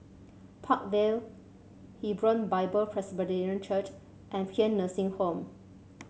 Park Vale Hebron Bible Presbyterian Church and Paean Nursing Home